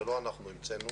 זה לא אנחנו המצאנו